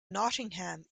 nottingham